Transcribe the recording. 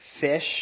fish